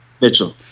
mitchell